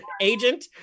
agent